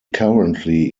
currently